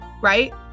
Right